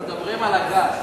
אנחנו מדברים על הגז.